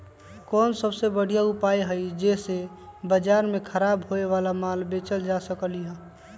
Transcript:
कोन सबसे बढ़िया उपाय हई जे से बाजार में खराब होये वाला माल बेचल जा सकली ह?